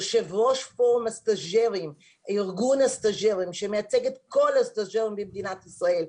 יו"ר פורום הסטאז'רים שמייצג את כל הסטאז'רים במדינת ישראל,